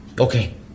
Okay